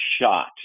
shot